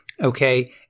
Okay